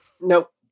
nope